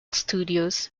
studios